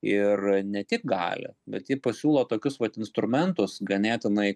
ir ne tik gali bet ji pasiūlo tokius vat instrumentus ganėtinai